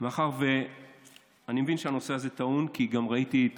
מאחר שאני מבין שהנושא הזה טעון, כי גם ראיתי את